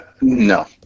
No